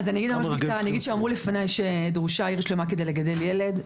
אני אגיד שאמרו לפניי שדרושה עיר שלמה כדי לגדל ילד,